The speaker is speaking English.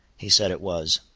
he said it was.